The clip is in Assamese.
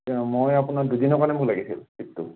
মই আপোনাৰ দুদিনৰ কাৰণে মোক লাগিছিল ট্ৰিপটো